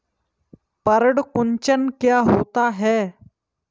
पर्ण कुंचन क्या होता है?